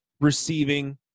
receiving